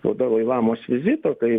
po dalai lamos vizito kai